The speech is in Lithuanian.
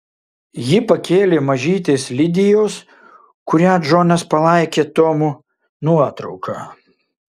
ji pakėlė mažytės lidijos kurią džonas palaikė tomu nuotrauką